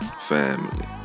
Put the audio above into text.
family